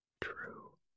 True